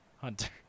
Hunter